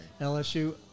LSU